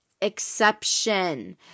exception